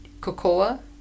cocoa